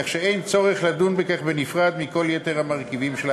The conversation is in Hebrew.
כך שאין צורך לדון בכך בנפרד מכל יתר המרכיבים של ההצעה.